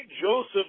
Joseph